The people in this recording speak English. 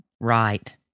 Right